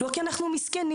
לא כי אנחנו מסכנים,